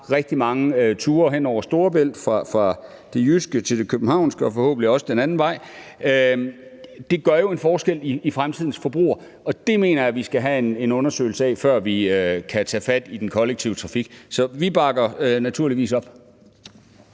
rigtig mange ture hen over Storebælt fra det jyske til det københavnske og forhåbentlig også den anden vej. Det gør jo en forskel i fremtidens forbrug. Det mener jeg at vi skal have en undersøgelse af, før vi kan tage fat i den kollektive trafik. Vi bakker naturligvis op